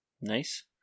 Nice